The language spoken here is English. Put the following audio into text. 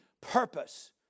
purpose